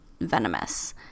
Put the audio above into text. venomous